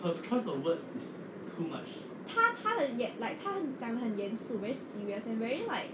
她她的她 like 讲得很严肃 very serious and very like